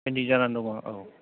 pending जानानै दङ औ